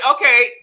okay